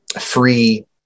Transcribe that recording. free